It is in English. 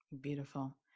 Beautiful